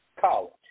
College